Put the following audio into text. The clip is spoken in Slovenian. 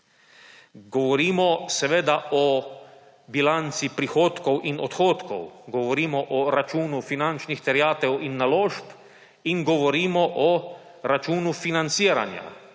Govorimo seveda o bilanci prihodkov in odhodkov, govorimo o računu finančnih terjatev in naložb in govorimo o računu financiranja,